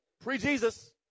Pre-Jesus